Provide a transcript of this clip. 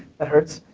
that hurts.